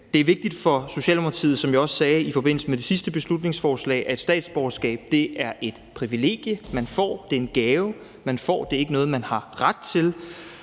Det er vigtigt for Socialdemokratiet, som jeg også sagde i forbindelse med det sidste beslutningsforslag, at statsborgerskab er et privilegie og en gave, man får – det er ikke noget, man har ret til.